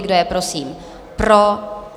Kdo je prosím pro?